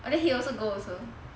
but then he also go also